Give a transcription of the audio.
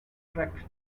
crack